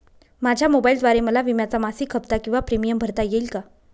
माझ्या मोबाईलद्वारे मला विम्याचा मासिक हफ्ता किंवा प्रीमियम भरता येईल का?